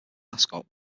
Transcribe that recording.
mascot